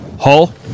hull